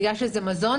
בגלל שזה מזון,